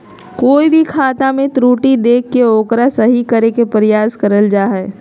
कोय भी खाता मे त्रुटि देख के ओकरा सही करे के प्रयास करल जा हय